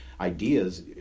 ideas